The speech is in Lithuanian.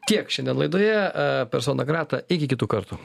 tiek šiandien laidoje a persona grata iki kitų kartų